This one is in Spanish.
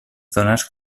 zonas